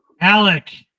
Alec